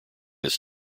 this